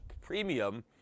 premium